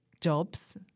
jobs